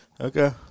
okay